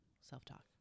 Self-talk